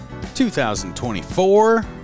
2024